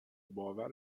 باور